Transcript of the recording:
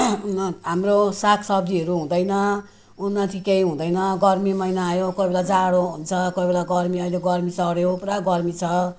म हाम्रो सागसब्जीहरू हुँदैन उन्नति केही हुँदैन गर्मी महिना आयो कोही बेला जाडो हुन्छ कोही बेला गर्मी अहिले गर्मी चढ्यो पुरा गर्मी छ